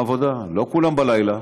יום העבודה, לא כולן בלילה.